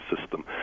system